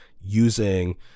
using